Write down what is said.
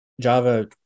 Java